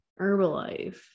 Herbalife